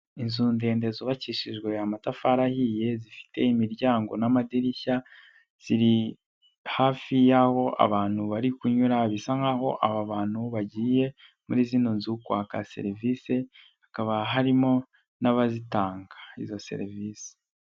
Inzu ndende zubakishijwe amatafari ahiye, zifite imiryango n'amadirishya, ziri hafi y'aho abantu bari kunyura, bisa nk' aba bantu bagiye muri zino nzu kwaka serivisi, hakaba harimo n'abazitanga izo serivisi.